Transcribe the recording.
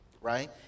right